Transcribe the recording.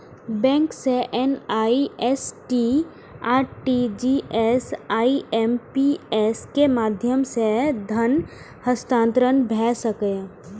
bank सं NEFT, RTGS, IMPS के माध्यम सं धन हस्तांतरण भए सकैए